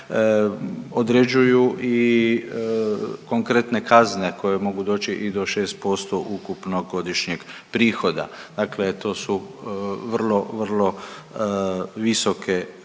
određuju i konkretne kazne koje mogu doći i do 6% ukupnog godišnjeg prihoda. Dakle, to su vrlo, vrlo visoke kazne.